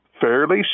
fairly